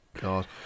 God